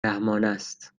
رحمانست